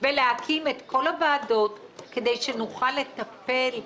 ולי הוא חשוב.